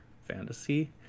fantasy